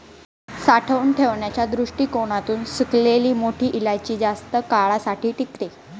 साठवून ठेवण्याच्या दृष्टीकोणातून सुकलेली मोठी इलायची जास्त काळासाठी टिकते